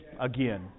again